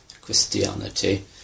Christianity